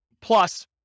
plus